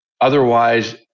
Otherwise